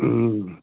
ഉം